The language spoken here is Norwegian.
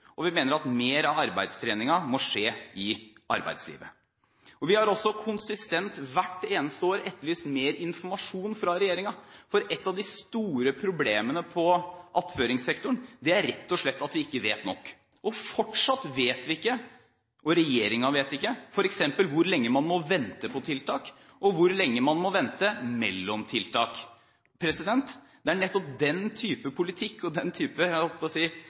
og vi mener at mer av arbeidstreningen må skje i arbeidslivet. Vi har også konsistent – hvert eneste år – etterlyst mer informasjon fra regjeringen. For et av de store problemene på attføringssektoren er rett og slett at vi ikke vet nok. Fortsatt vet vi ikke – og regjeringen vet ikke – hvor lenge man f.eks. må vente på tiltak, og hvor lenge man må vente mellom tiltak. Det er nettopp den type politikk, og det at man – jeg holdt på å si